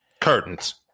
curtains